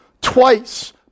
Twice